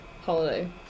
holiday